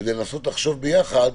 כדי לנסות לחשוב ביחד,